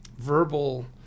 verbal